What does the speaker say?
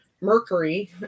Mercury